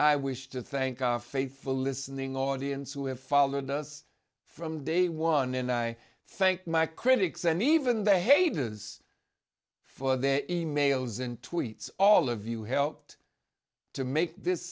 i wish to thank our faithful listening audience who have followed us from day one and i thank my critics and even the haters for their e mails and tweets all of you helped to make this